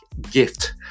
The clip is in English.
gift